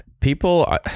people